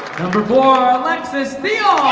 for alexis field